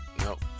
Nope